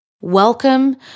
Welcome